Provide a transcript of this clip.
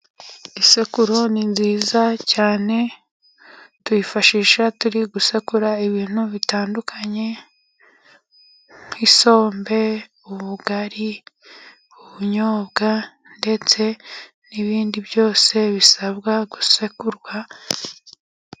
Isekuru ni nziza cyane, tuyifashisha turisekuramo ibintu bitandukanye nk'isombe, ubugari, ubunyobwa ndetse n'ibindi byose bisabwa gusekurwa.